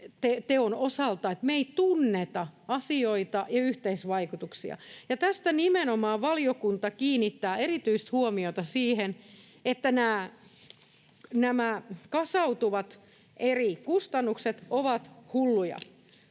me ei tunneta asioita ja yhteisvaikutuksia. Nimenomaan valiokunta kiinnittää erityistä huomiota siihen, että nämä kasautuvat eri kustannukset ovat hulluja.